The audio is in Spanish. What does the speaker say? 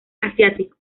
asiático